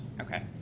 Okay